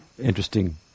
interesting